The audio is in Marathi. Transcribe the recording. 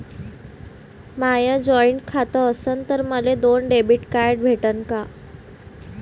माय जॉईंट खातं असन तर मले दोन डेबिट कार्ड भेटन का?